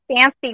fancy